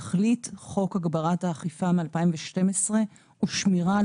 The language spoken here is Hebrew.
תכלית חוק הגברת האכיפה מ-2012 הוא שמירה על